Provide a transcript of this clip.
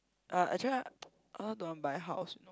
uh actually I also don't want buy house you know